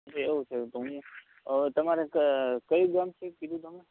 મારે એવું થયું કે હું હવે તમારે કયું ગામ કંઇ કીધું તમે